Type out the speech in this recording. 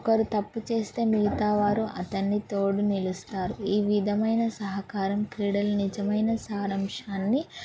ఒకరు తప్పు చేస్తే మిగతా వారు అతన్ని తోడు నిలుస్తారు ఈ విధమైన సహకారం క్రీడలు నిజమైన సారాంశాన్ని